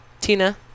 Tina